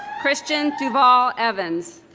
christian duval evans